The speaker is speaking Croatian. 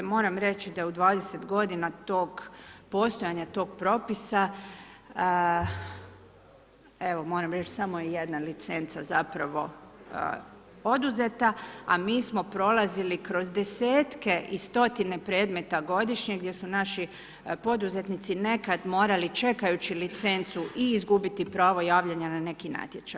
Moram reći da je u 20 g. postojanje tog propisa, evo moram reći samo je jedna licenca zapravo poduzeta, a mi smo prolazili kroz 10-tka i stotine premeta godišnje, gdje su naši poduzetnici, nekad morali čekajući licencu i izgubiti pravo javljanja na neki natječaj.